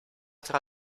tra